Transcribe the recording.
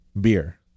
beer